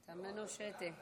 תמנו שֶׁטֶה.